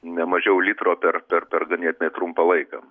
ne mažiau litro per per per ganėtinai trumpą laiką